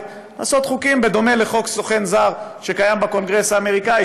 לעשות חוקים בדומה לחוק סוכן זר שקיים בקונגרס האמריקני,